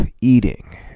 eating